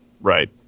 Right